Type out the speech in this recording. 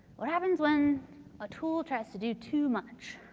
what happens when a tool tries to do too much?